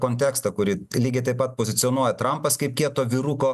kontekstą kurį lygiai taip pat pozicionuoja trampas kaip kieto vyruko